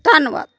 ਧੰਨਵਾਦ